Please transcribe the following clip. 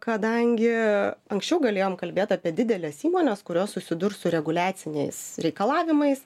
kadangi anksčiau galėjom kalbėti apie dideles įmones kurios susidurs su reguliaciniais reikalavimais